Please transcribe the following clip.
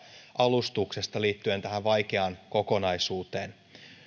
alustuksesta liittyen tähän vaikeaan kokonaisuuteen on